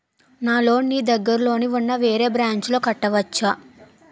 నా లోన్ నీ దగ్గర్లోని ఉన్న వేరే బ్రాంచ్ లో కట్టవచా?